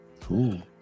cool